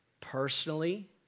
personally